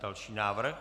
Další návrh.